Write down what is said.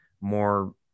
more